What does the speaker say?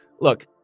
Look